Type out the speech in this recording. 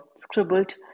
scribbled